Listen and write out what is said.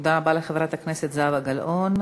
תודה רבה לחברת הכנסת זהבה גלאון.